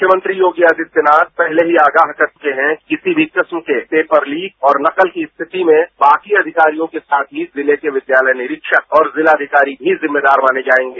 मुख्यमंत्री योगी आदित्यनाथ पहले ही आगाह कर चुके हैं किसी भी किस्म के पेपर लीक और नकल की स्थिति में बाकी अधिकारियों के साथ ही जिले के विद्यालय निरीक्षक और जिलाधिकारी भी जिम्मेदार माने जायेंगे